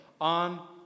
on